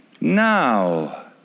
now